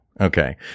okay